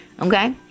Okay